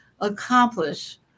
accomplish